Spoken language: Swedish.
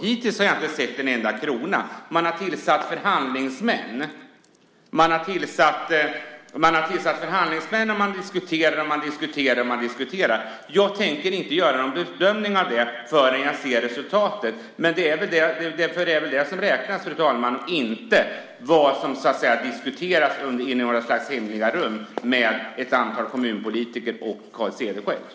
Hittills har jag inte sett en enda krona. Man har tillsatt förhandlingsmän, och man diskuterar och diskuterar. Jag tänker inte göra någon bedömning av det förrän jag ser resultatet, för det är väl det som räknas, fru talman, inte vad som diskuteras i några slags hemliga rum med ett antal kommunpolitiker och Carl Cederschiöld.